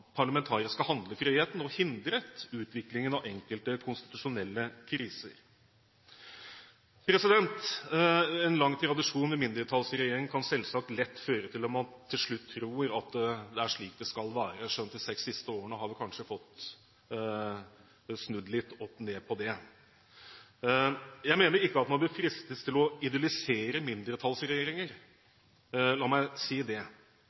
parlamentariske handlefriheten og hindret utviklingen av enkelte konstitusjonelle kriser. En lang tradisjon med mindretallsregjeringer kan selvsagt lett føre til at man til slutt tror at det er slik det skal være – skjønt de seks siste årene har vel snudd litt opp ned på det. Jeg mener ikke at man bør fristes til å idyllisere mindretallsregjeringer – la meg si det.